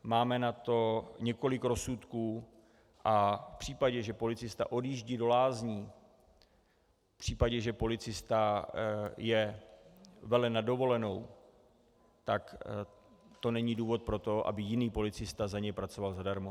Máme na to několik rozsudků, a v případě, že policista odjíždí do lázní, v případě, že policista je velen na dovolenou, tak to není důvod pro to, aby jiný policista za něj pracoval zadarmo.